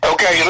Okay